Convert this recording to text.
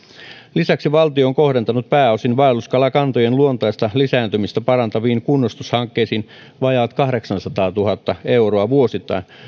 lisäksi valtio on kohdentanut pääosin vaelluskalakantojen luontaista lisääntymistä parantaviin kunnostushankkeisiin vajaat kahdeksansataatuhatta euroa vuosittain